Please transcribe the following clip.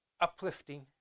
uplifting